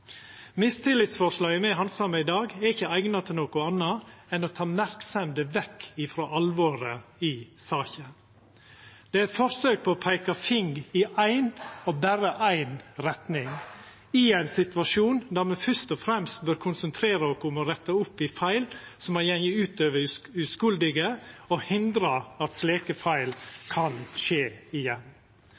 Mistillitsforslaget me handsamar i dag, er ikkje eigna til anna enn å ta merksemda vekk frå alvoret i saka. Det er eit forsøk på å peika finger i éi – og berre ei – retning i ein situasjon der me fyrst og fremst bør konsentrera oss om å retta opp i feil som har gått ut over uskuldige, og hindra at slike feil kan skje igjen.